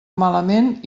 malament